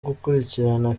gukurikirana